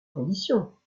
conditions